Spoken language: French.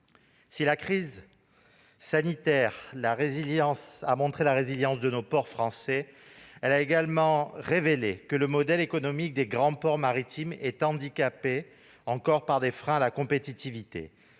Si la crise sanitaire a montré la résilience de nos ports français, elle a également révélé que le modèle économique des grands ports maritimes était encore handicapé par des freins à la compétitivité.